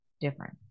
different